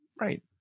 Right